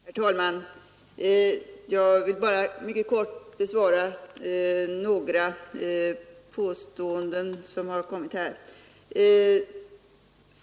Herr talman! Jag vill bara mycket kort bemöta några påståenden som har gjorts här.